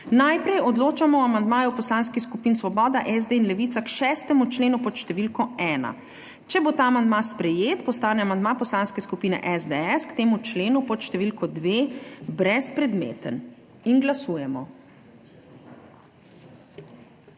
Najprej odločamo o amandmaju poslanskih skupin Svoboda, SD in Levica k 6. členu pod številko 1. Če bo ta amandma sprejet, postane amandma Poslanske skupine SDS k temu členu pod številko 2 brezpredmeten. Glasujemo.